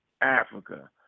Africa